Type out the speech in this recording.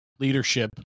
Leadership